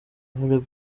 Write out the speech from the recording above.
volleyball